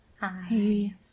Hi